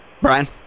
Brian